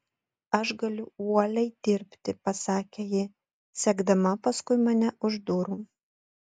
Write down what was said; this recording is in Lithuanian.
aš galiu uoliai dirbti pasakė ji sekdama paskui mane už durų